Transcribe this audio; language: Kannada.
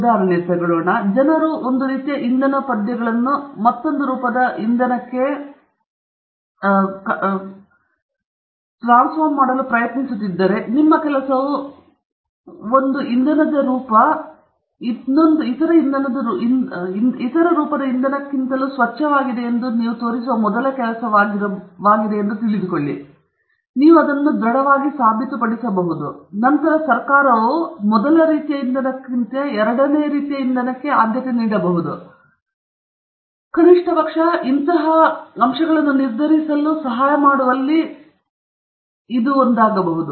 ಉದಾಹರಣೆಗೆ ಜನರು ಒಂದು ರೀತಿಯ ಇಂಧನ ಪದ್ಯಗಳನ್ನು ಮತ್ತೊಂದು ರೂಪದ ಇಂಧನಕ್ಕೆ ಹಣ ನೀಡಲು ಪ್ರಯತ್ನಿಸುತ್ತಿದ್ದರೆ ಮತ್ತು ನಿಮ್ಮ ಕೆಲಸವು ಇಂಧನದ ಒಂದು ರೂಪವು ಇತರ ರೂಪದ ಇಂಧನಕ್ಕಿಂತಲೂ ಸ್ವಚ್ಛವಾಗಿದೆ ಎಂದು ತೋರಿಸುವ ಮೊದಲ ಕೆಲಸವಾಗಿದೆ ಮತ್ತು ನೀವು ಅದನ್ನು ದೃಢವಾಗಿ ಸಾಬೀತುಪಡಿಸಬಹುದು ನಂತರ ಸರ್ಕಾರವು ಮೊದಲ ರೀತಿಯ ಇಂಧನವನ್ನು ಎರಡನೆಯ ರೀತಿಯ ಇಂಧನಕ್ಕೆ ಆದ್ಯತೆ ನೀಡಬಹುದು ಅಥವಾ ಕನಿಷ್ಟ ಪಕ್ಷ ಇದು ನಿರ್ಧರಿಸಲು ಸಹಾಯ ಮಾಡುವ ಅಂಶಗಳಲ್ಲಿ ಒಂದಾಗಬಹುದು